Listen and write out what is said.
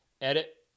edit